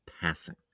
passing